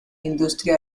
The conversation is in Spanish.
industria